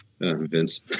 Vince